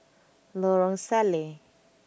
Lorong Salleh